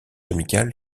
amical